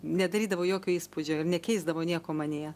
nedarydavo jokio įspūdžio ir nekeisdavo nieko manyje